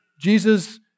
Jesus